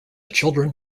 children